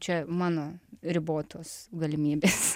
čia mano ribotos galimybės